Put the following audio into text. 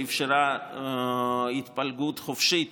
שאפשרה התפלגות חופשית